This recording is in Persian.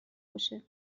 باشه